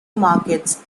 markets